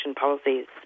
policies